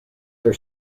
for